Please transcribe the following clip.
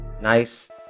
nice